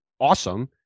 awesome